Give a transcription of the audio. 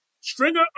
Stringer